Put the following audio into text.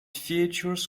features